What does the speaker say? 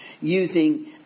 using